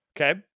Okay